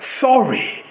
sorry